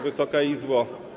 Wysoka Izbo!